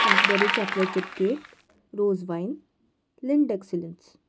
raspberry chocolate chip cake rose wine Lindt swiss thins